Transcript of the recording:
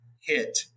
hit